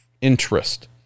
interest